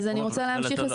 אבל אתה לא מבין למה זה ככה?